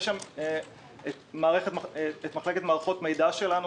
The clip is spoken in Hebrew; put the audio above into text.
יש שם את מחלקת מערכות המידע שלנו,